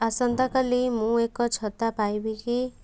ଆସନ୍ତା କାଲି ମୁଁ ଏକ ଛତା ପାଇବି କି